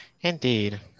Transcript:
Indeed